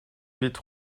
huit